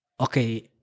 okay